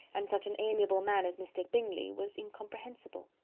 and such an amiable man as mr. bingley, was incomprehensible.